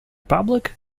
public